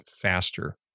faster